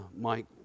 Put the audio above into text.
Mike